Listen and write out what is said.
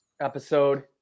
Episode